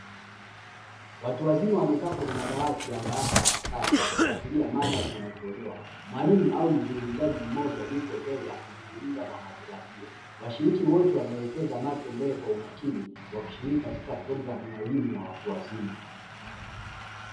Watu wazima wamekaa kwenye madawati ya darasa la kisasa, wakifuatilia mada inayotolewa mwalimu au mzungumzaji mmoja yupo mbele akizungumza na hazira hiyo; washiriki wote wameelekeza macho mbele kwa umakini wakishiriki katika programu ya elimu ya watu wazima.